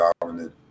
dominant